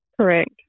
Correct